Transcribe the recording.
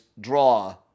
draw